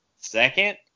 second